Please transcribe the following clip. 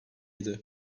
idi